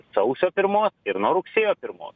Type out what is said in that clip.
sausio pirmos ir nuo rugsėjo pirmos